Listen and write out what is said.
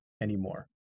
anymore